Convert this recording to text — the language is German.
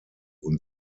und